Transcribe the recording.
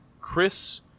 Chris